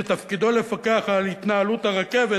שתפקידו לפקח על התנהלות הרכבת